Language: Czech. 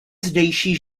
zdejší